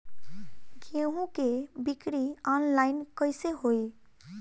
गेहूं के बिक्री आनलाइन कइसे होई?